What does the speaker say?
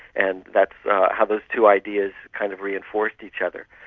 and that's how those two ideas kind of reinforced each other.